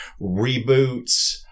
Reboots